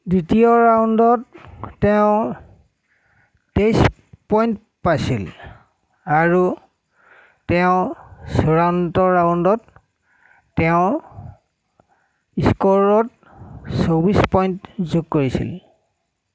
দ্বিতীয় ৰাউণ্ডত তেওঁৰ তেইছ পইণ্ট পাইছিল আৰু তেওঁ চূড়ান্ত ৰাউণ্ডত তেওঁৰ স্ক'ৰত চৌব্বিছ পইণ্ট যোগ কৰিছিল